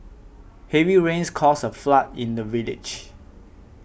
heavy rains caused a flood in the village